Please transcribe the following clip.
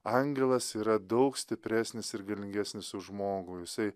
angelas yra daug stipresnis ir galingesnis už žmogų jisai